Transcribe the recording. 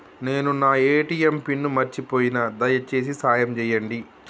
నేను నా ATM pin మర్చిపోయిన, దయచేసి సాయం చేయండి